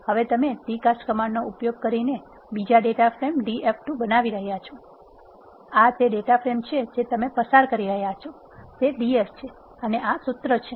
હવે તમે dcast કમાન્ડનો ઉપયોગ કરીને બીજો ડેટા ફ્રેમ Df2 બનાવી રહ્યા છો આ તે ડેટા ફ્રેમ છે જે તમે પસાર કરી રહ્યાં છો તે Df છે અને આ સૂત્ર છે